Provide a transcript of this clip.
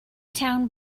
town